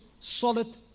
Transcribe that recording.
solid